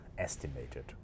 estimated